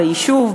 ביישוב,